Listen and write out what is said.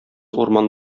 урман